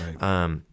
Right